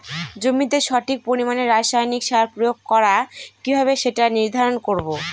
জমিতে সঠিক পরিমাণে রাসায়নিক সার প্রয়োগ করা কিভাবে সেটা নির্ধারণ করব?